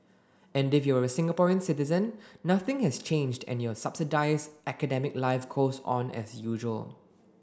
and if you're a Singaporean citizen nothing has changed and your subsidised academic life goes on as usual